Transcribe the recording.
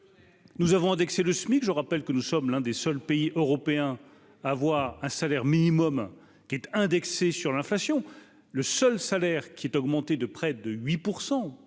nous avons indexer le SMIC, je rappelle que nous sommes l'un des seuls pays européens à avoir un salaire minimum qui est indexé sur l'inflation, le seul salaire qui est augmenté de près de 8